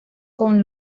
con